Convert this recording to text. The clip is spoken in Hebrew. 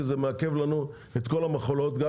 כי זה מעכב לנו את כל המכולות גם